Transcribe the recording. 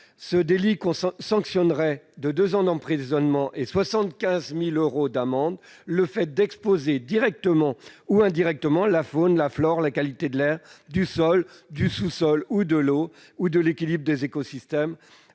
Ce délit sanctionnerait de deux ans d'emprisonnement et 75 000 euros d'amende « le fait d'exposer directement ou indirectement la faune, la flore, la qualité de l'air, du sol, du sous-sol ou de l'eau, ou l'équilibre des écosystèmes